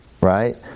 Right